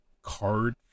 Card